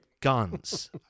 guns